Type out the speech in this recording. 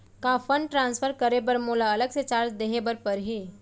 का fund transfer करे बर मोला अलग से चार्ज देहे बर परही?